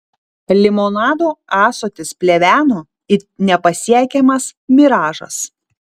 limonado ąsotis pleveno it nepasiekiamas miražas